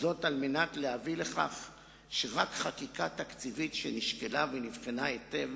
וזאת על מנת להביא לכך שרק חקיקה תקציבית שנשקלה ונבחנה היטב